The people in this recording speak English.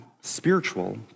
spiritual